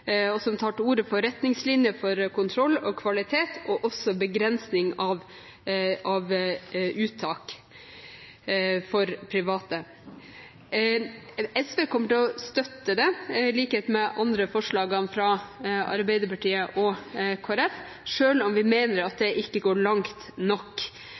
anbud og tar til orde for retningslinjer for kontroll og kvalitet og også begrensninger av uttak for private. SV kommer til å støtte det, i likhet med de andre forslagene fra Arbeiderpartiet og Kristelig Folkeparti, selv om vi mener at det ikke går langt nok.